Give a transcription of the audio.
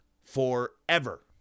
forever